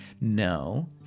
No